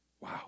Wow